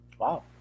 Wow